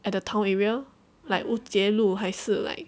at the town area like 乌节路还是 like